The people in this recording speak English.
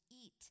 eat